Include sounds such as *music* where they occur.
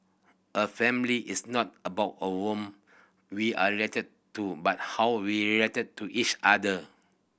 a family is not about *unintelligible* we are related to but how we relate to each other